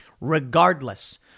regardless